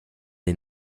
des